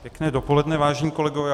Pěkné dopoledne, vážení kolegové.